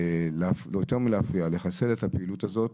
יותר מלהפריע, לחסל את הפעילות הזאת.